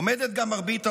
עומדת גם מרבית האופוזיציה,